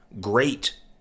great